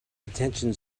detention